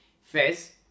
Fez